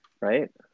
right